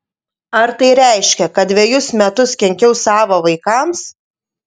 ar tai reiškia kad dvejus metus kenkiau savo vaikams